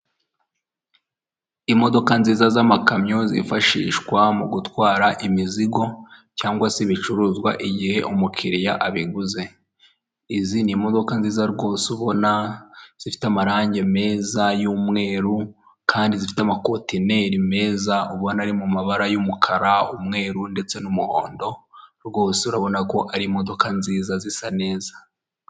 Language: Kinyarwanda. Imodoka nziza z'amakamyo zifashishwa mu gutwara imizigo cyangwa se ibicuruzwa igihe umukiriya abiguze. Izi ni imodoka nziza rwose ubona zifite amarange meza y'umweru kandi zifite amakontineri meza ubona ari mu mabara y'umukara, umweru ndetse n'umuhondo, rwose urabona ko ari imodoka nziza zisa neza.